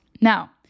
Now